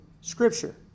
Scripture